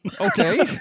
Okay